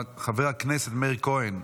חבר הכנסת מאיר כהן,